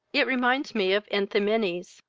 it reminds me of enthymenes,